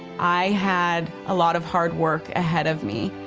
i had a lot of hard work ahead of me.